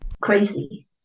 crazy